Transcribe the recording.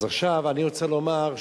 אז עכשיו אני רוצה לומר,